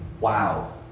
wow